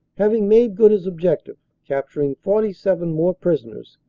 having made good his objective, capturing forty seven more prisoners,